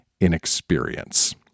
inexperience